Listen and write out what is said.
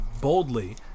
boldly